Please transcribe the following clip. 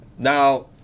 Now